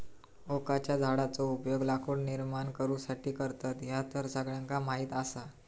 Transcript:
ओकाच्या झाडाचो उपयोग लाकूड निर्माण करुसाठी करतत, ह्या तर सगळ्यांका माहीत आसा